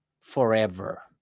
forever